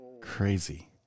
Crazy